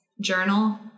journal